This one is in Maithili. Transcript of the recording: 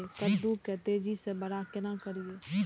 कद्दू के तेजी से बड़ा केना करिए?